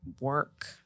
work